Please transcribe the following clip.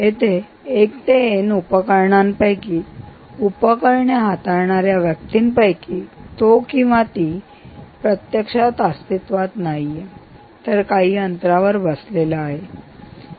इथे 1 ते n उपकरणांपैकी उपकरणे हाताळणाऱ्या व्यक्तींपैकी तो किंवा ती इथे प्रत्यक्षात अस्तित्वात नाहीये तर काही अंतरावर लांब बसलेला आहे